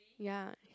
ya